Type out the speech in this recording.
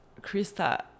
Krista